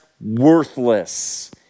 worthless